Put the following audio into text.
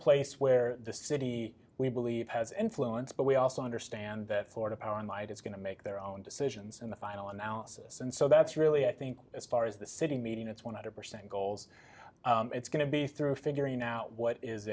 place where the city we believe has influence but we also understand that florida power and light is going to make their own decisions in the final analysis and so that's really i think as far as the sitting meeting it's one hundred percent goals it's going to be through figuring out what is